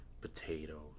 potatoes